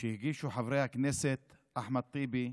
שהגישו חברי הכנסת אחמד טיבי,